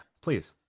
please